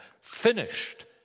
finished